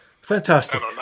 Fantastic